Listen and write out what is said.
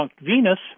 Venus